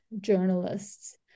journalists